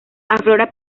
aflora